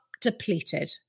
depleted